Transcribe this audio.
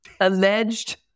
alleged